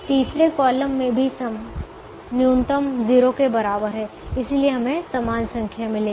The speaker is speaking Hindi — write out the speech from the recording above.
तीसरे कॉलम में भी कॉलम न्यूनतम 0 के बराबर है इसलिए हमें समान संख्याएँ मिलेंगी